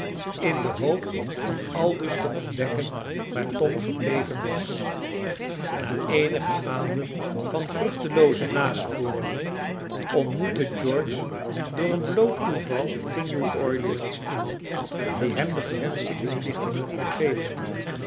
in de hoop van aldus te ontdekken waar tom gebleven was na eenige maanden van vruchtelooze nasporingen ontmoette george door een bloot toeval te new-orleans iemand die hem de gewenschte inlichtingen kon geven